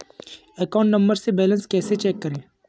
Account number से balance कैसे check करें?